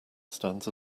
stands